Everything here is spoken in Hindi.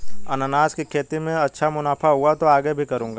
अनन्नास की खेती में अच्छा मुनाफा हुआ तो आगे भी करूंगा